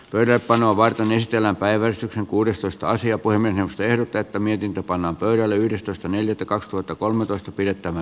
pyörä painaa varten ystävänpäiväiset kuudestoista sija voimme tehdä tätä mihinkä pannaan pöydälle yhdestoista neljättä kaksituhattakolmetoista pidettävä